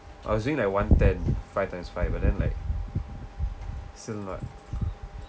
I was doing like one ten five times five but then like still not